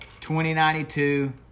2092